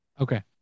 Okay